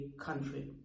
country